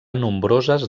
nombroses